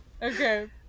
Okay